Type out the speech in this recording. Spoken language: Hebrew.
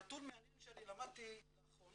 נתון מעניין שאני למדתי לאחרונה